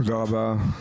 תודה רבה.